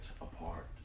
apart